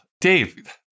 Dave